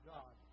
God